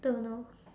don't know